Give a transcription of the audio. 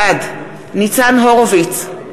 בעד ניצן הורוביץ,